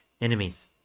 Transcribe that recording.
enemies